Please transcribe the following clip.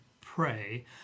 pray